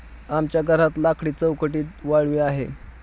आमच्या घरात लाकडी चौकटीत वाळवी आहे